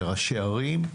לראשי ערים.